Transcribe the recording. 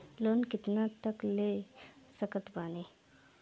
Loan कितना तक ले सकत बानी?